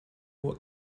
what